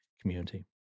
community